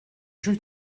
jeux